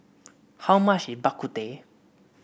how much is Bak Kut Teh